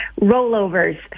rollovers